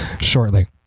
shortly